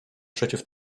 przeciw